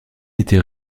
était